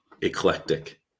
eclectic